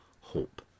hope